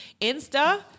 Insta